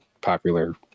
popular